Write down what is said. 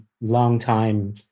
longtime